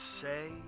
say